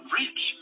rich